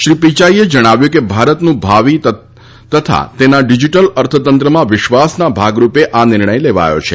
શ્રી પિચાઈએ જણાવ્યું હતું કે ભારતનું ભાવિ તથા તેના ડિજીટલ અર્થતંત્રમાં વિશ્વાસના ભાગરૂપે આ નિર્ણય લેવાયો છે